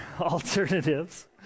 alternatives